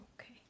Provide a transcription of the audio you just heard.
okay